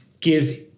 give